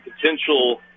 potential